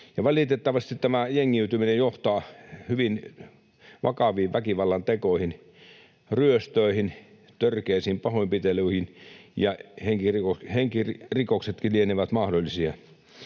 Valitettavasti tämä jengiytyminen johtaa hyvin vakaviin väkivallantekoihin, ryöstöihin, törkeisiin pahoinpitelyihin, ja henkirikoksetkin lienevät mahdollisia.